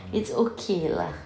it's okay lah